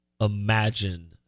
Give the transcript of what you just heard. imagine